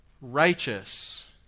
righteous